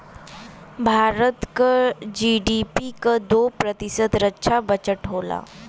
भारत क जी.डी.पी क दो प्रतिशत रक्षा बजट होला